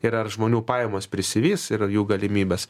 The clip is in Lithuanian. ir ar žmonių pajamos prisivys ir jų galimybės